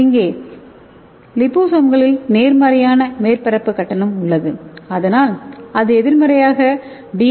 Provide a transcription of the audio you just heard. இங்கே தி லிபோசோம்களில் நேர்மறையான மேற்பரப்பு கட்டணம் உள்ளது அதனால் இது எதிர்மறையாக டி